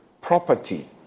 property